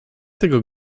tego